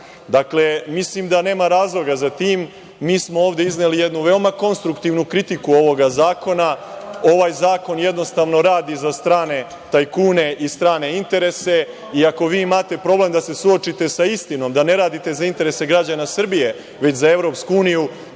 mislim da nema razloga za tim. Mi smo ovde izneli jednu veoma konstruktivnu kritiku ovoga zakona. Ovaj zakon jednostavno radi za strane tajkune i strane interese. I ako vi imate problem da se suočite sa istinom da ne radite za interes građana Srbije, već za EU, to je